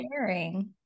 sharing